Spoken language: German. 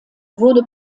wurde